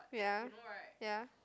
ya ya